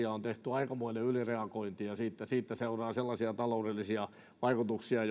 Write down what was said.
on tehty aikamoinen ylireagointi ja siitä seuraa sellaisia taloudellisia vaikutuksia